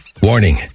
Warning